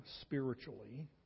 spiritually